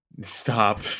Stop